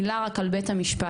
מילה רק על בית המשפט.